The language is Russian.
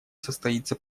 состоится